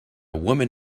woman